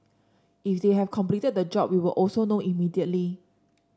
if they have completed the job we will also know immediately